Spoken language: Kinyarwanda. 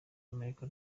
amerika